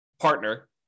partner